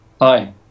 Hi